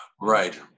Right